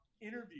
interview